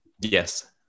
Yes